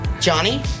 Johnny